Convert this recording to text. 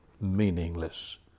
meaningless